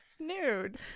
Nude